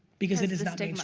because it is not